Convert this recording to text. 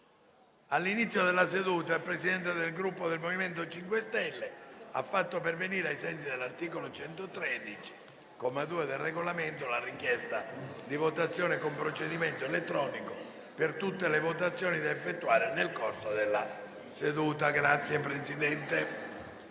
all'inizio della seduta il Presidente del Gruppo MoVimento 5 Stelle ha fatto pervenire, ai sensi dell'articolo 113, comma 2, del Regolamento, la richiesta di votazione con procedimento elettronico per tutte le votazioni da effettuare nel corso della seduta. La richiesta